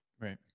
Right